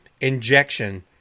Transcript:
injection